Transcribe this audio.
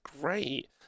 great